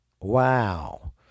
Wow